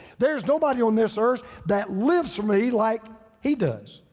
there's nobody on this earth that lives for me like he does.